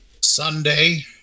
Sunday